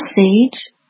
seeds